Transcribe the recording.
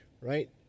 right